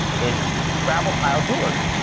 it's scrabble tile jewelry.